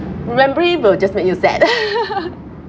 memory will just make you sad